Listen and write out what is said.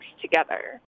together